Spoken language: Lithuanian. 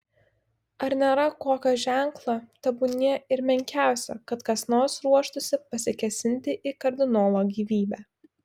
ar nėra kokio ženklo tebūnie ir menkiausio kad kas nors ruoštųsi pasikėsinti į kardinolo gyvybę